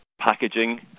packaging